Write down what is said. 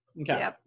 Okay